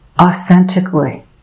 authentically